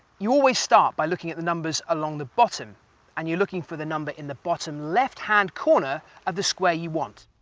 you always start by looking at the numbers along the bottom and you're looking for the number in the bottom left hand corner of the square you want.